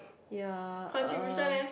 ya uh